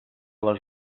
les